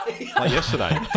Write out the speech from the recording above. yesterday